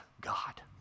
God